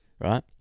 right